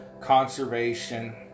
conservation